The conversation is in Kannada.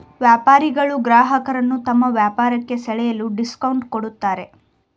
ವ್ಯಾಪಾರಿಗಳು ಗ್ರಾಹಕರನ್ನು ತಮ್ಮ ವ್ಯಾಪಾರಕ್ಕೆ ಸೆಳೆಯಲು ಡಿಸ್ಕೌಂಟ್ ಕೊಡುತ್ತಾರೆ